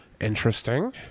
Interesting